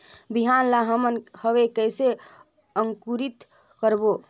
बिहान ला हमन हवे कइसे अंकुरित करबो?